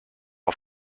auf